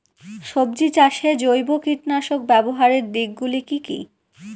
সবজি চাষে জৈব কীটনাশক ব্যাবহারের দিক গুলি কি কী?